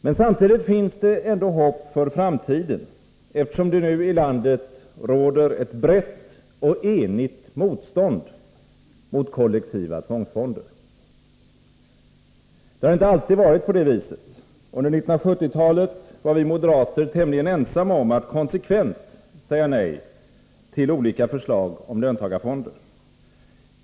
Men samtidigt finns det ändå hopp för framtiden, eftersom det nu i landet råder ett brett och enigt motstånd mot kollektiva tvångsfonder. Det har inte alltid varit på det viset. Under 1970-talet var vi moderater tämligen ensamma om att konsekvent säga nej till olika förslag om löntagarfonder.